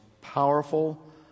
powerful